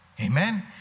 Amen